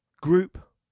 group